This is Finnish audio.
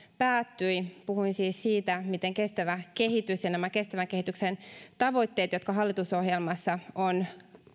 päättyi puhuin siis siitä miten kestävä kehitys ja nämä kestävän kehityksen tavoitteet jotka hallitusohjelmassa on